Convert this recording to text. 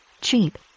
cheap